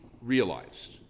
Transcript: realized